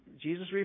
Jesus